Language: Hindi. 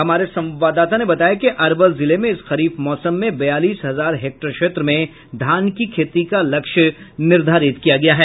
हमारे संवाददाता ने बताया कि अरवल जिले में इस खरीफ मौसम में बयालीस हजार हेक्टेयर क्षेत्र में धान की खेती का लक्ष्य निर्धारित किया गया है